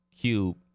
Cube